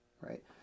right